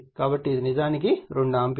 కాబట్టి ఇది నిజానికి 2 ఆంపియర్